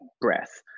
breath